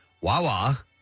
Wawa